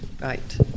right